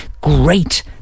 great